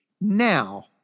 Now